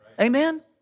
Amen